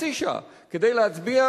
חצי שעה, כדי להצביע